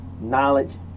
knowledge